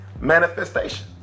manifestation